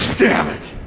damn, it!